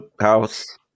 house